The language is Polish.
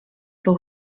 był